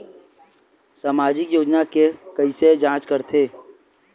सामाजिक योजना के कइसे जांच करथे?